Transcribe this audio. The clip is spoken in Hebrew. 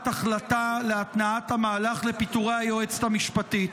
החלטה להתנעת מהלך לפיטורי היועצת המשפטית.